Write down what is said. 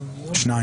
מי נגד?